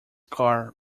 car